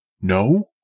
No